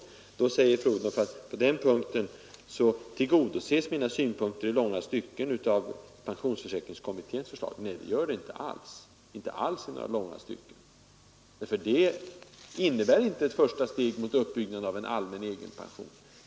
Fru Odhnoff säger att på den punkten tillgodoses mina synpunkter i långa stycken av pe ä kommitténs förslag. Nej, det gör de inte alls. Detta förslag innebär inte ett första steg mot en uppbyggnad av en allmän egenpension.